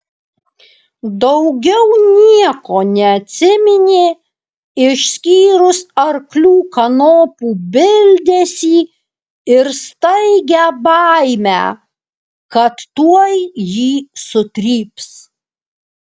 daugiau nieko neatsiminė išskyrus arklių kanopų bildesį ir staigią baimę kad tuoj jį sutryps